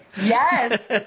Yes